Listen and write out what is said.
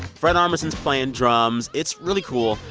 fred armisen's playing drums. it's really cool.